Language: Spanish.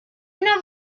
nos